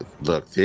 Look